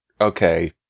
okay